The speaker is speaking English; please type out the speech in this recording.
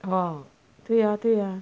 哦对呀对呀